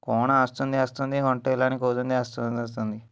କଣ ଆସୁଛନ୍ତି ଆସୁଛନ୍ତି ଘଣ୍ଟାଏ ହେଲାଣି କହୁଛନ୍ତି ଆସୁଛନ୍ତି ଆସୁଛନ୍ତି